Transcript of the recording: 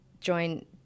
join